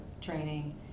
training